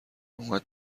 اومد